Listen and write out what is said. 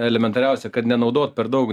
elementariausią kad nenaudot per daug